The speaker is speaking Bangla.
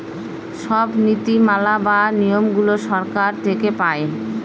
সব নীতি মালা বা নিয়মগুলো সরকার থেকে পায়